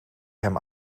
hem